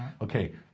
Okay